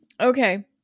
Okay